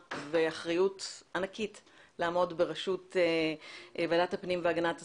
ואחריות ענקית לעמוד בראשות ועדת הפנים והגנת הסביבה.